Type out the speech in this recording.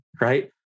right